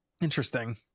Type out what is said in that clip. Interesting